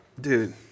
dude